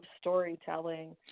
storytelling